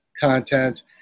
content